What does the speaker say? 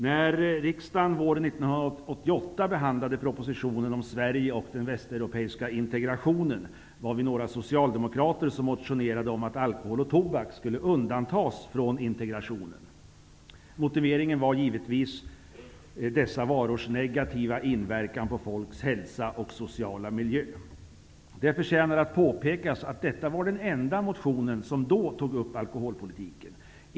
När riksdagen våren 1988 behandlade propositionen om Sverige och den västeuropeiska integrationen var vi några socialdemokrater som motionerade om att alkohol och tobak skulle undantas från integrationen. Motiveringen var givetvis dessa varor negativa inverkan på människors hälsa och sociala mijlö. Det förtjänar att påpekas att detta var den enda motionen som då tog upp alkoholpolitiken.